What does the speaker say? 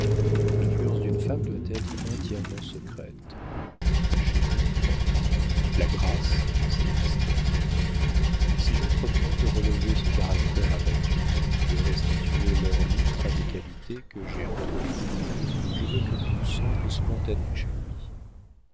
l'influence d'une femme doit être entièrement secrète chez nous en tout la grâce c'est le mystère si j'entreprends de relever ce caractère abattu de restituer leur lustre à des qualités que j'ai entrevues je veux que tout semble spontané chez louis